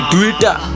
Twitter